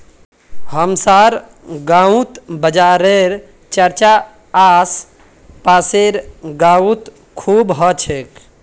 हमसार गांउत बाजारेर चर्चा आस पासेर गाउत खूब ह छेक